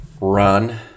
run